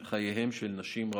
כי היה אומר: השמחה,